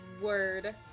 Word